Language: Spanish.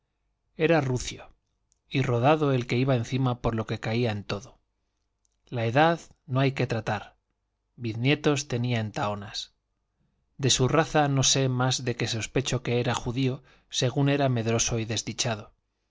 era rucio y rodado el que iba encima por lo que caía en todo la edad no hay que tratar biznietos tenía en tahonas de su raza no sé más de que sospecho era de judío según era medroso y desdichado